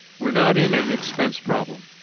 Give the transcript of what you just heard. we're not in an expense problem.